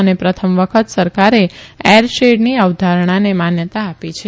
અને પ્રથમ વખત સરકારે એરશેડની અવધારણાને માન્યતા આપી છે